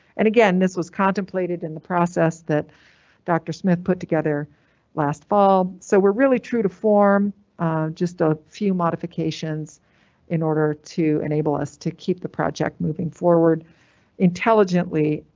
and again, this was contemplated in the process that dr smith put together last fall. so we're really true to form just a few modifications in order to enable us to keep the project moving forward intelligently,